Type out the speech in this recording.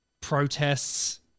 protests